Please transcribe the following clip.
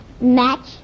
Match